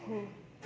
हो